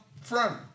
front